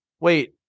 Wait